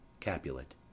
Capulet